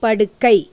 படுக்கை